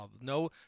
No